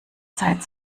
zeit